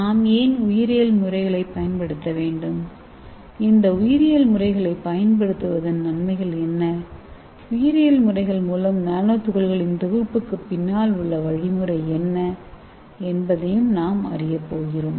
நாம் ஏன் உயிரியல் முறைகளைப் பயன்படுத்த வேண்டும் இந்த உயிரியல் முறைகளைப் பயன்படுத்துவதன் நன்மைகள் என்ன உயிரியல் முறைகள் மூலம் நானோ துகள்களின் தொகுப்புக்குப்பின்னால் உள்ள வழிமுறை என்ன என்பதையும் நாம் அறியப்போகிறோம்